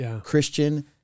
Christian